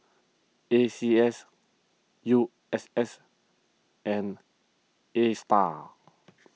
A C S U S S and Astar